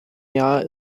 jahr